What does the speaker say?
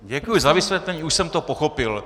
Děkuji za vysvětlení, už jsem to pochopil.